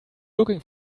looking